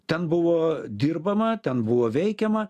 ten buvo dirbama ten buvo veikiama